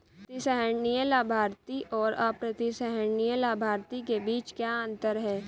प्रतिसंहरणीय लाभार्थी और अप्रतिसंहरणीय लाभार्थी के बीच क्या अंतर है?